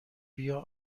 بیا